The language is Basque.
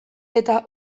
eta